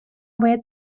باید